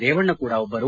ರೇವಣ್ಣ ಕೂಡ ಒಬ್ಬರು